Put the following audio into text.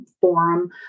Forum